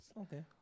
Okay